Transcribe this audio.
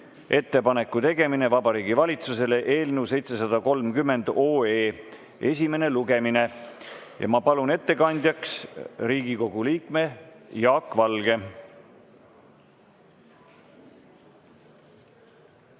"Ettepaneku tegemine Vabariigi Valitsusele" eelnõu 730 esimene lugemine. Ma palun ettekandjaks Riigikogu liikme Jaak Valge.